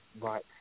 Right